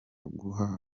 kuguha